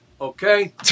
okay